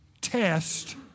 test